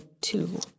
two